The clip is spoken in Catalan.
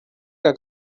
que